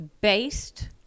based